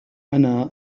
أنا